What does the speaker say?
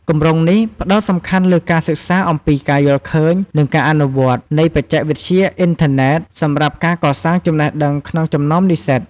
គម្រោងនេះផ្តោតសំខាន់លើការសិក្សាអំពី ការយល់ឃើញ និង ការអនុវត្ត នៃបច្ចេកវិទ្យាអ៊ីនធឺណេត សម្រាប់ការកសាងចំណេះដឹងក្នុងចំណោមនិស្សិត។